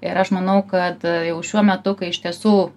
ir aš manau kad jau šiuo metu kai iš tiesų